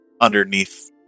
underneath